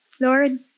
Lord